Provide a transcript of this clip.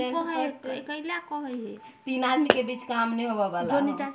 भारतक बागवानी विभाग मुख्यालय गुड़गॉव मे छै